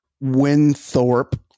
Winthorpe